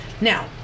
Now